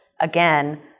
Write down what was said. Again